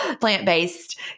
Plant-based